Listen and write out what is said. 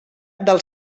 del